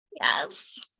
yes